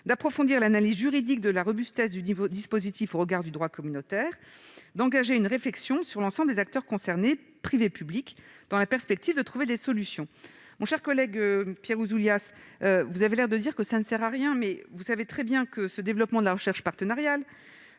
d'approfondir l'analyse juridique de la robustesse du nouveau dispositif au regard du droit communautaire, d'engager une réflexion sur l'ensemble des acteurs concernés- privés et publics -dans la perspective de trouver des solutions. Mon cher collègue Pierre Ouzoulias, vous avez l'air de dire que cela ne sert à rien, mais vous savez très bien que le développement de la recherche partenariale